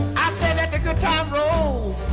i said, let the good times roll